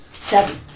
Seven